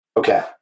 Okay